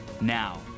Now